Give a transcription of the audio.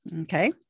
Okay